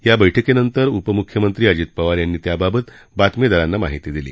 या बैठकीनंतर उपमुख्यमंत्री अजित पवार यांनी त्याबाबत बातमीदारांना माहिती दिली